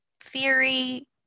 theory